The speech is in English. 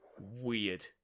weird